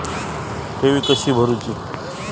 ठेवी कशी भरूची?